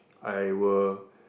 I will